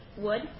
Wood